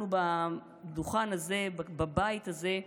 אנחנו בדוכן הזה, בבית הזה,